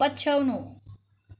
पछ्याउनु